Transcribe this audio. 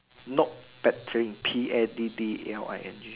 no paddling P A D D L I N G